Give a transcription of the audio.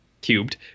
cubed